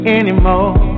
anymore